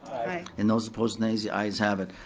and those opposed, nays, the ayes have it.